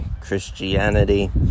Christianity